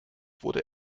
wurde